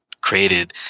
created